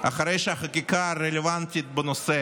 אחרי שהחקיקה הרלוונטית בנושא